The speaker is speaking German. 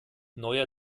neuer